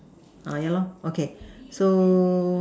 uh yeah lor okay so